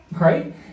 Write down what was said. Right